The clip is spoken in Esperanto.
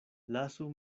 lasu